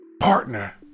partner